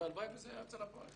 והלוואי וזה היה יוצא לפועל.